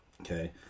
Okay